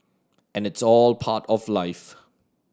and it's all part of life